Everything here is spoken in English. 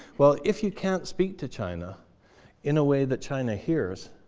well, if you can't speak to china in a way that china hears,